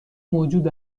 موجود